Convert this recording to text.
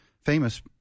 famous